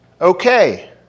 okay